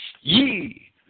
ye